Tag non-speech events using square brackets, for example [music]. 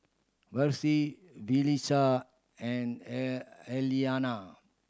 Versie Yulissa and [unintelligible] Elaina